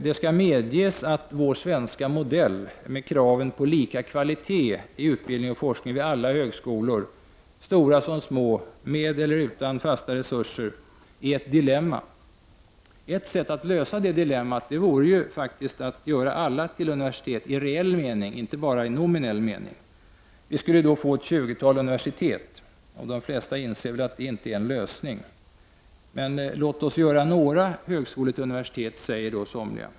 Det skall medges att den svenska modellen, med krav på lika kvalitet i utbildning och forskning vid alla högskolor — stora som små högskolor, högskolor med eller utan fasta resurser — är ett dilemma. Ett sätt att komma till rätta med detta dilemma vore faktiskt att göra alla högskolor till universitet i reell mening, alltså inte bara nominellt. Vi skulle då få ett tjugotal universitet. De flesta inser säkert att det inte skulle vara någon lösning. Men somliga säger: Låt oss göra några högskolor till universitet!